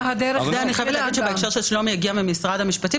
בהקשר של שלומי הגיעה ממשרד המשפטים